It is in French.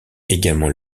également